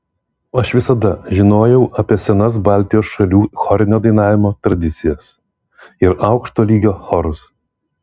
aš visada žinojau apie senas baltijos šalių chorinio dainavimo tradicijas ir aukšto lygio chorus